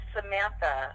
Samantha